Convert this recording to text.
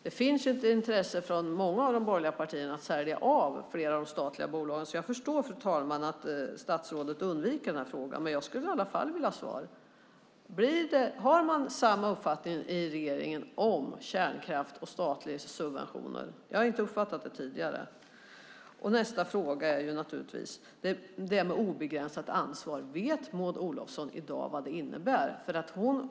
Det finns ett intresse från många av de borgerliga partierna att sälja av flera av de statliga bolagen. Jag förstår, fru talman, att statsrådet undviker den här frågan. Men jag skulle i alla fall vilja ha svar. Har man samma uppfattning i regeringen om kärnkraft och statliga subventioner? Jag har inte uppfattat det tidigare. Nästa fråga är obegränsat ansvar. Vet Maud Olofsson i dag vad det innebär?